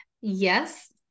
Yes